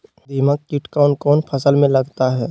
दीमक किट कौन कौन फसल में लगता है?